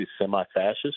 semi-fascist